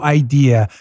idea